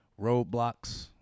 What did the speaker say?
roadblocks